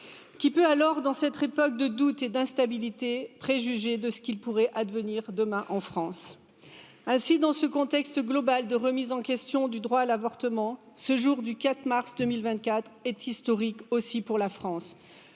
qui peut alors dans cette époque de doute et d'instabilité préjuger de ce qu'il pourrait advenir en france ainsi dans ce contexte global de remise en question du droit à l'avortement ce jour du quatre mars deux mille vingt quatre est historique aussi pour la france